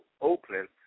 Oakland